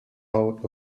out